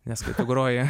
nes groji